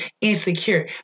insecure